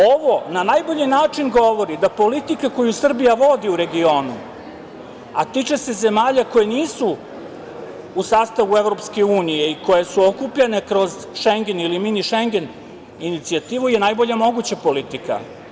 Ovo na najbolji način govori da politika koju Srbija vodi u regionu, a tiče se zemalja koje nisu u sastavu EU i koje su okupljene kroz Šengen ili mini Šengen inicijativu je najbolja moguća politika.